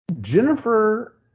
Jennifer